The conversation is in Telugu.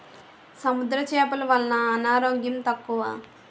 సముద్ర చేపలు వలన అనారోగ్యం తక్కువ